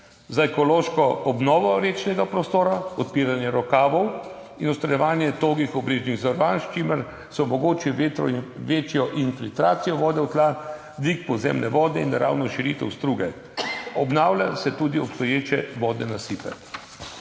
za ekološko obnovo rečnega prostora, odpiranje rokavov in odstranjevanje togih obveznih zavarovanj, s čimer se omogoči večjo filtracijo vode v tla, dvig podzemne vode in ravno širitev struge. Obnavlja se tudi obstoječe vodne nasipe.